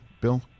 Bill